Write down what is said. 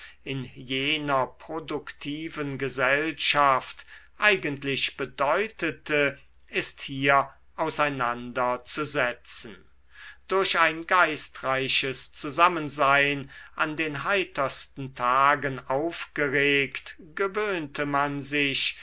in jener produktiven gesellschaft eigentlich bedeutete ist hier auseinander zu setzen durch ein geistreiches zusammensein an den heitersten tagen aufgeregt gewöhnte man sich